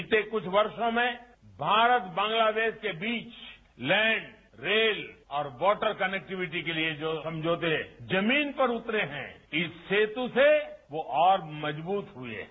बीते कुछ वर्षो में भारत बांग्लोदेश के बीच लैंड रेल और वॉटर कनेक्टिविटी के लिए जो हम जो थे जमीन पर उतरे हैं इस सेतु से वो और मजबूत हुए हैं